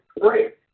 great